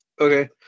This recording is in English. Okay